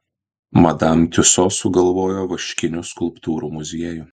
madam tiuso sugalvojo vaškinių skulptūrų muziejų